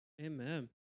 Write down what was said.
Amen